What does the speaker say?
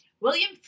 William